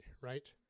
right